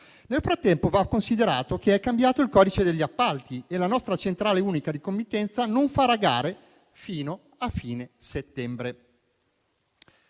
Nel frattempo, va considerato che è cambiato il codice degli appalti e la nostra centrale unica di committenza non farà gare fino alla fine di settembre.